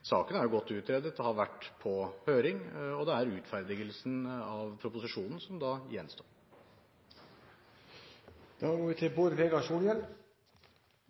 Saken er jo godt utredet. Den har vært på høring, og det er utferdigelsen av proposisjonen som da